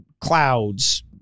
clouds